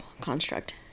construct